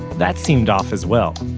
that seemed off as well.